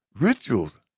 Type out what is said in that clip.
rituals